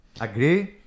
agree